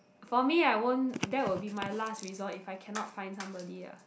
for me I won't that would be my last resort if I cannot find somebody lah